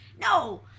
No